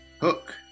Hook